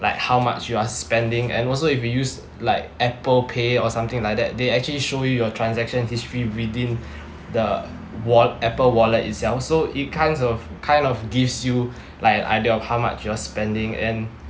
like how much you are spending and also if you use like apple pay or something like that they actually show you your transaction history within the wall~ apple wallet itself so it kinds of kind of gives you like an idea of how much you're spending and